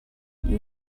you